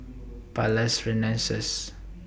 Palais Renaissance